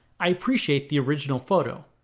i appreciate the original photo